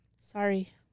Sorry